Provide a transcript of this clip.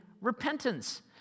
repentance